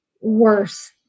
worse